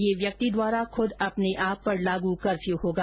यह व्यक्ति द्वारा खुद अपने आप पर लागू कर्फ्यू होगा